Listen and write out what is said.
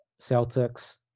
Celtics